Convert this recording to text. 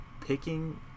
picking